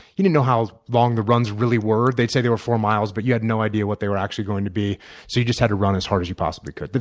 you didn't know how long the runs really were. they'd say they were four miles but you had no idea what they were actually going to be so you just had to run as hard as you possibly could.